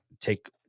take